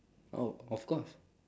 oh of course